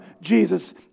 Jesus